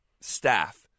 staff